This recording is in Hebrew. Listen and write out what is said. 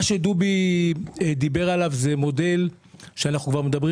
מה שדובי דיבר עליו זה מודל שאנחנו מדברים